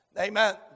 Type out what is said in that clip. Amen